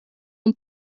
amb